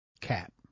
Cap